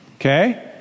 Okay